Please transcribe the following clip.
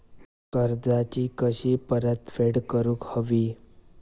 कर्जाची कशी परतफेड करूक हवी?